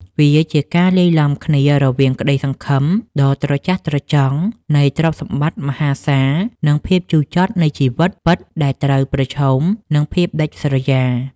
វាជាការលាយឡំគ្នារវាងក្តីសង្ឃឹមដ៏ត្រចះត្រចង់នៃទ្រព្យសម្បត្តិមហាសាល និងភាពជូរចត់នៃជីវិតពិតដែលត្រូវប្រឈមនឹងភាពដាច់ស្រយាល។